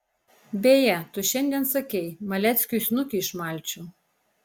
beje tu šiandien sakei maleckiui snukį išmalčiau